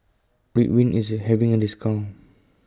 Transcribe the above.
Ridwind IS having A discount